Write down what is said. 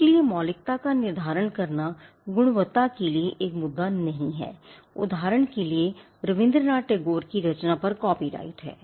इसलिए मौलिकता का निर्धारण करना गुणवत्ता के लिए एक मुद्दा नहीं है उदाहरण के लिए रवींद्रनाथ टैगोर की कविता पर कॉपीराइट है